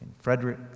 Frederick